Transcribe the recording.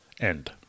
end